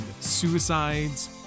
suicides